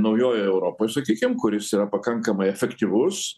naujojoj europoj sakykim kuris yra pakankamai efektyvus